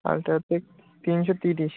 UltraTech তিনশো তিরিশ